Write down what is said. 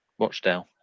Watchdale